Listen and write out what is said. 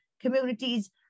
Communities